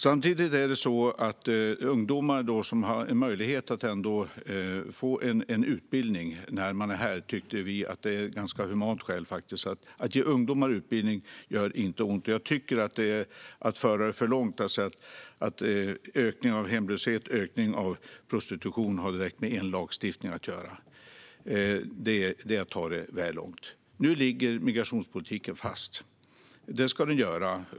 Samtidigt har ungdomar en möjlighet att få en utbildning när de är här. Vi tyckte att det var ett ganska humant skäl. Att ge ungdomar utbildning gör inte ont. Jag tycker att det är att föra det för långt att säga att ökning av hemlöshet och prostitution har direkt med en lagstiftning att göra. Det är att ta det väl långt. Nu ligger migrationspolitiken fast. Det ska den göra.